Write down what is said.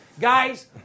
Guys